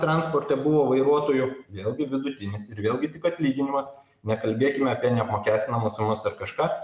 transporte buvo vairuotojų vėlgi vidutinis ir vėlgi tik atlyginimas nekalbėkime apie neapmokestinamas sumas ar kažką